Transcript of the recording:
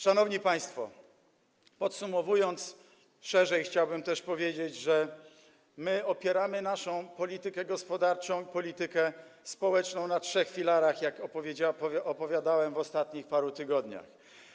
Szanowni państwo, podsumowując to szerzej, chciałbym też powiedzieć, że my opieramy naszą politykę gospodarczą i politykę społeczną na trzech filarach, jak opowiadałem w ostatnich paru tygodniach.